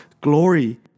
glory